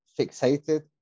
fixated